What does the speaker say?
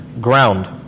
ground